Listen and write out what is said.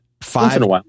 five